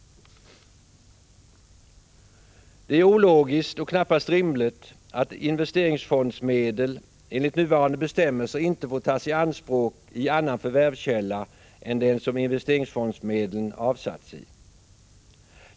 Det är ologiskt och knappast rimligt att investeringsfondsmedel enligt nuvarande bestämmelser inte får tas i anspråk i annan förvärvskälla än den som investeringsfondsmedlen avsatts i.